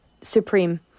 supreme